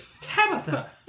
Tabitha